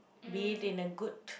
be it in a good